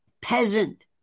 peasant